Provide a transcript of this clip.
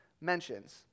mentions